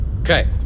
Okay